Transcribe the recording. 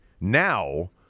now